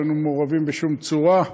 ולא היינו מעורבים בשום צורה.